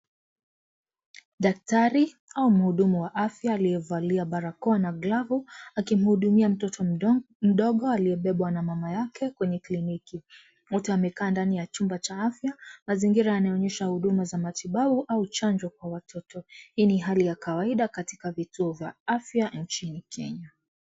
Daktari au mhudumu wa afya aliyevalia barakoa na glavu, akimhudumia mtoto mdogo aliyebebwa na mama yake kwenye kliniki. Mtu amekaa ndani ya chumba cha afya. Mazingira yanaonyesha huduma za matibabu au chanjo kwa watoto. Hii ni hali ya kawaida katika vituo vya afya nchini Kenya.